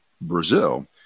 Brazil